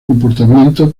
comportamiento